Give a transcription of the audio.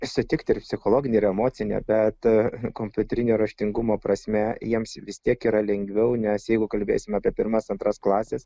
sutikti ir psichologinį ir emocinį bet kompiuterinio raštingumo prasme jiems vis tiek yra lengviau nes jeigu kalbėsim apie pirmas antras klases